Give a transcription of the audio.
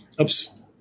Oops